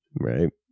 Right